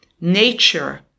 Nature